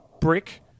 brick